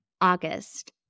August